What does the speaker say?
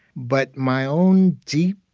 but my own deep,